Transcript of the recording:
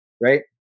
Right